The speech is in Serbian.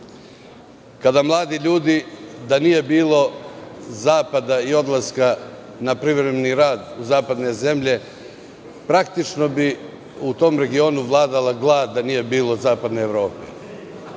kada mladi ljudi, da nije bilo zapada i odlaska na privremeni rad u zapadne zemlje, praktično bi u tom regionu vladala glad da nije bilo zapadne Evrope. Ako